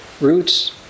roots